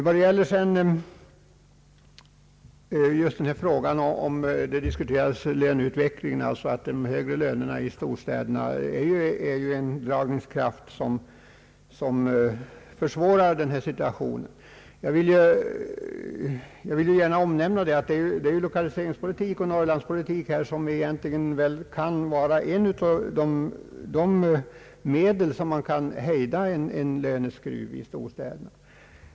Vad sedan gäller frågan om löneutvecklingen och att de högre lönerna i storstäderna utgör en dragningskraft som försvårar situationen i Norrland vill jag gärna nämna att lokaliseringsoch norrlandspolitik kan vara ett medel att hejda löneskruven i storstäderna.